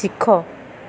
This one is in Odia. ଶିଖ